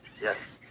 Yes